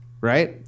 right